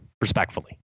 respectfully